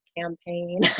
campaign